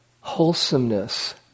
wholesomeness